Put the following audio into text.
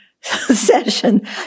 session